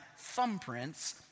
thumbprints